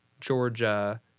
Georgia